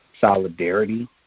solidarity